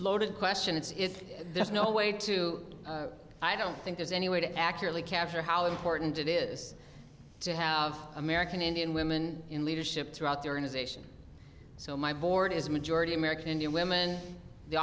loaded question it's if there's no way to i don't think there's any way to accurately capture how important it is to have american indian women in leadership throughout the organization so my board is majority american indian women the